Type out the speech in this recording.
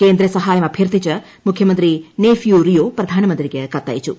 കേന്ദ്ര സഹായം അഭ്യർത്ഥിച്ച് മുഖ്യമന്ത്രി നെയ്ഫ്യൂ റിയോ പ്രധാനമന്ത്രിക്ക് കത്തയച്ചു